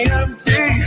empty